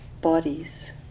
bodies